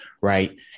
Right